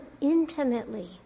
intimately